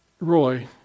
Roy